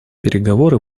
переговоры